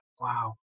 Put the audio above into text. wow